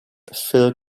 fill